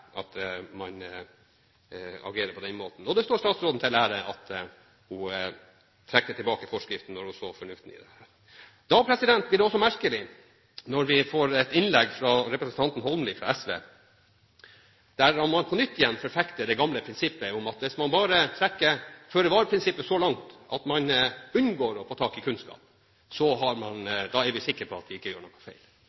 at man agerer på den måten, og det står statsråden til ære at hun trakk tilbake forskriften da hun så det fornuftige i dette. Da blir det merkelig at vi får et innlegg fra representanten Holmelid fra SV, der man forfekter det gamle prinsippet om at hvis man bare trekker føre-var-prinsippet så langt at man unngår å få tak i kunnskap, så er man